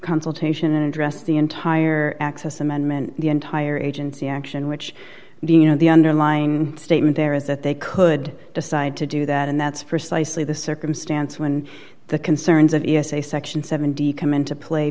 consultation and address the entire access amendment the entire agency action which do you know the underlying statement there is that they could decide to do that and that's precisely the circumstance when the concerns of e s a section seven d come into play